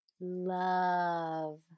love